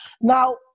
Now